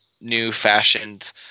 new-fashioned